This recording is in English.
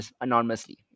anonymously